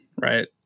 right